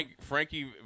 Frankie